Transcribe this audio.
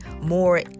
more